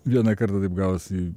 vieną kartą taip gavosi